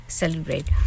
celebrate